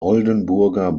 oldenburger